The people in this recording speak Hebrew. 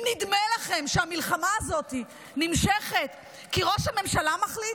אם נדמה לכם שהמלחמה הזאת נמשכת כי ראש הממשלה מחליט,